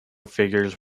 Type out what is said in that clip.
figures